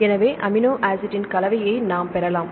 எனவே அமினோ ஆசிட்டின் கலவையை நாம் பெறலாம்